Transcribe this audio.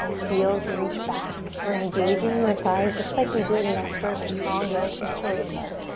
heels reach back. we're engaging the thighs just like we did in that first strong mountain pose.